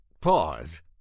pause